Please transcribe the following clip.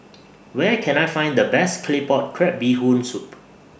Where Can I Find The Best Claypot Crab Bee Hoon Soup